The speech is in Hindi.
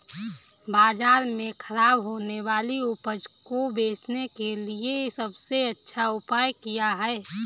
बाज़ार में खराब होने वाली उपज को बेचने के लिए सबसे अच्छा उपाय क्या हैं?